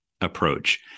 approach